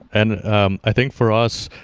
and um i think for us,